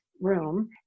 room